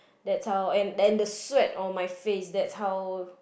that's how and and the sweat on my face that's how